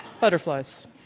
butterflies